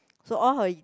so all her